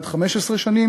עד 15 שנים,